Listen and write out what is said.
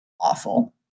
awful